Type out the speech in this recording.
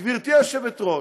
גברתי היושבת-ראש,